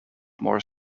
more